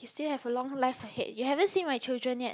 you still have a long life ahead you haven't seen my children yet